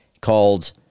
called